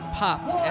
popped